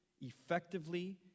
effectively